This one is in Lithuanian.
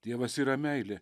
dievas yra meilė